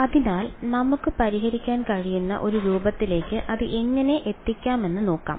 അതിനാൽ നമുക്ക് പരിഹരിക്കാൻ കഴിയുന്ന ഒരു രൂപത്തിലേക്ക് അത് എങ്ങനെ എത്തിക്കാമെന്ന് നോക്കാം